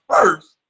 first